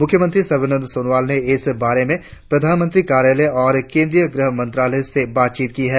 मुख्यमंत्री सर्बानंद सोनोवाल ने इस बारे में प्रधानमंत्री कार्यालय और केंद्रीय गृह मंत्रालय से बातचीत की है